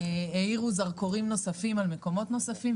האירו זרקורים על מקומות נוספים,